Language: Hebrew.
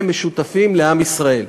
הם משותפים לעם ישראל.